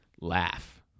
laugh